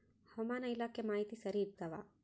ಹವಾಮಾನ ಇಲಾಖೆ ಮಾಹಿತಿ ಸರಿ ಇರ್ತವ?